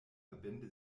verbände